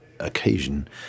occasion